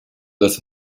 das